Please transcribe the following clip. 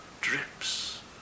drips